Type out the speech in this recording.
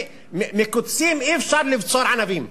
"מקוצים אי-אפשר לבצור ענבים",